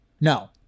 No